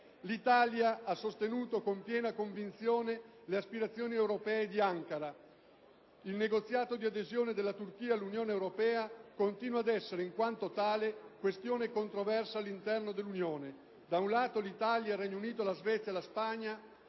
l'Italia ha sostenuto con piena convinzione le aspirazioni europee di Ankara e prosegue: «Il negoziato di adesione della Turchia all'Unione europea continua ad essere, in quanto tale, questione controversa all'interno dell'Unione stessa. Da un lato, l'Italia, il Regno Unito, la Svezia e la Spagna